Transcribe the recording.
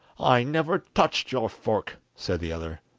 i never touched your fork said the other.